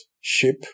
ship